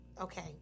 Okay